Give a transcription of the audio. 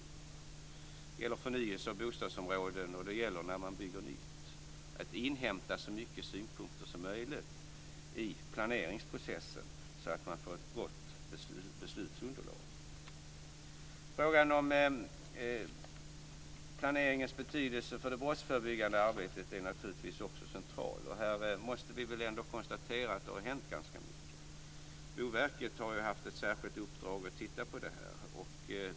Det gäller förnyelse av bostadsområden, och det gäller när man bygger nytt. Man måste inhämta så många synpunkter som möjligt i planeringsprocessen så att man får ett gott beslutsunderlag. Frågan om planeringens betydelse för det brottsförebyggande arbetet är naturligtvis också central. Här måste vi väl ändå konstatera att det har hänt ganska mycket. Boverket har ju haft ett särskilt uppdrag att titta på det här.